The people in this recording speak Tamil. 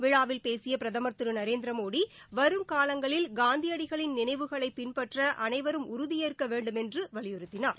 விழாவில் பேசிய பிரதமர் திரு நரேந்திரமோடி வரும் காலங்களில் காந்தியடிகளின் நினைவுகளை பின்பற்ற அனைவரும் உறுதியேற்க வேண்டுமென்று வலியுறுத்தினார்